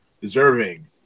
deserving